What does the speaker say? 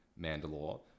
Mandalore